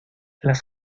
las